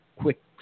quick